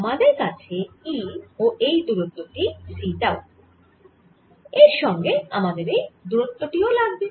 আমাদের আছে E ও এই দূরত্ব টি c টাউ এর সঙ্গে আমাদের এই দূরত্ব টি ও লাগবে